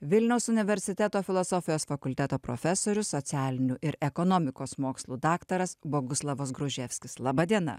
vilniaus universiteto filosofijos fakulteto profesorius socialinių ir ekonomikos mokslų daktaras boguslavas gruževskis laba diena